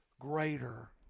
greater